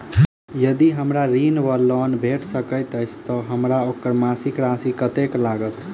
यदि हमरा ऋण वा लोन भेट सकैत अछि तऽ हमरा ओकर मासिक राशि कत्तेक लागत?